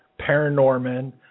Paranorman